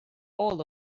all